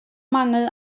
mangel